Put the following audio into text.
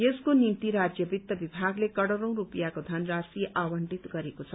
यसको निम्ति राज्यको वित्त विभागले करोड़ौं रुपियाँको धनराशी आवण्टित गरेको छ